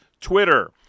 Twitter